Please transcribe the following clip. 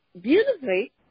beautifully